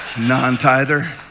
Non-tither